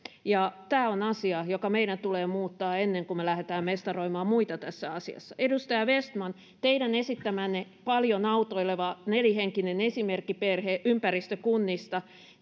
ja tämä on asia joka meidän tulee muuttaa ennen kuin me lähdemme mestaroimaan muita tässä asiassa edustaja vestman teidän esittämänne paljon autoileva keskituloinen nelihenkinen esimerkkiperhe ympäristökunnista